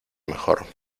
mejor